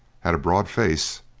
had a broad face,